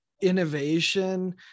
innovation